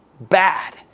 bad